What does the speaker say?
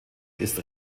ist